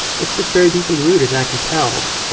it's just very deeply rooted, and i can tell.